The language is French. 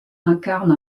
incarnent